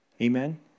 Amen